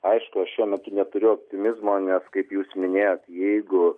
aišku aš šiuo metu neturiu optimizmo nes kaip jūs minėjot jeigu